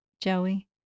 Joey